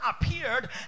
appeared